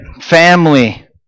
family